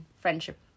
friendship